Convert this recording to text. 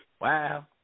Wow